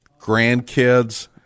grandkids